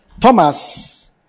Thomas